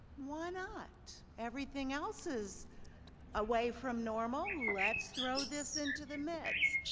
why not? everything else is away from normal. let's throw this into the mix.